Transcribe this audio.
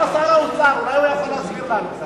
למה שר האוצר, אולי הוא יכול להסביר לנו קצת.